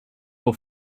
will